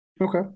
okay